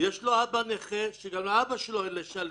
יש לו אבא נכה, כשגם לאבא שלו אין לשלם.